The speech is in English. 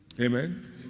Amen